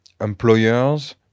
employers